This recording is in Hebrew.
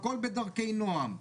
הכול בדרכי נועם.